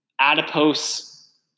adipose